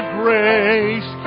grace